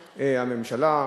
הממשלה,